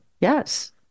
Yes